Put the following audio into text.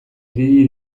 ibili